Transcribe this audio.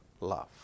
love